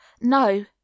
no